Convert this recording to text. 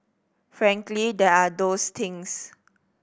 frankly there are those things